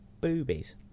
Boobies